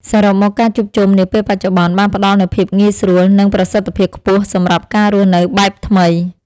សរុបមក ការជួបជុំនាពេលបច្ចុប្បន្នបានផ្ដល់នូវភាពងាយស្រួល និងប្រសិទ្ធភាពខ្ពស់សម្រាប់ការរស់នៅបែបថ្មី។